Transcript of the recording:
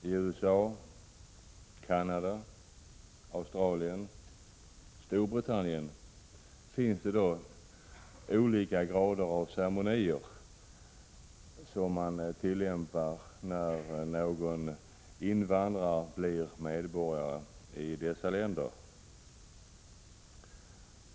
I USA, Canada, Australien och Storbritannien förekommer ceremonier av olika slag, när någon invandrare blir medborgare i något av dessa länder.